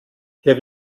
hier